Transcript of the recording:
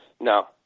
No